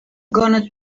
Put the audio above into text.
gonna